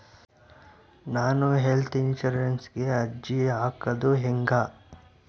ನಾನು ಹೆಲ್ತ್ ಇನ್ಸುರೆನ್ಸಿಗೆ ಅರ್ಜಿ ಹಾಕದು ಹೆಂಗ?